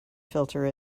filter